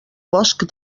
bosc